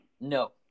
No